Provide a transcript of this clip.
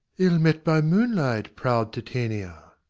ill met by moonlight, proud titania.